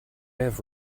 have